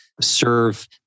serve